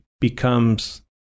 becomes